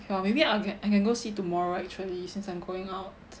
well maybe I can go see tomorrow actually since I'm going out